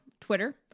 Twitter